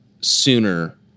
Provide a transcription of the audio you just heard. sooner